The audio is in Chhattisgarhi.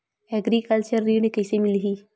एग्रीकल्चर ऋण कइसे मिलही?